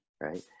right